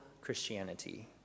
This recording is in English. Christianity